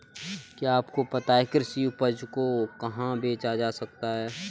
क्या आपको पता है कि कृषि उपज को कहाँ बेचा जा सकता है?